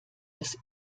des